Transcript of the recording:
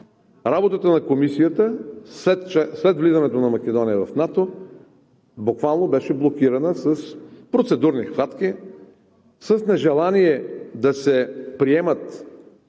работата на Комисията след влизането на Македония в НАТО буквално беше блокирана с процедурни хватки, с нежелание да се приемат